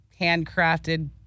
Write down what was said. handcrafted